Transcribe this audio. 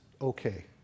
okay